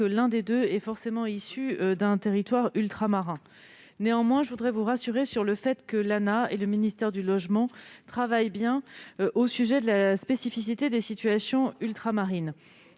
que l'un des deux soit issu d'un territoire ultramarin. Néanmoins, je voudrais vous rassurer sur le fait que l'ANAH et le ministère du logement prennent en compte la spécificité des situations ultramarines.